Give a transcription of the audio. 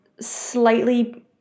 slightly